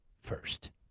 first